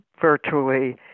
virtually